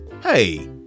Hey